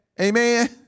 Amen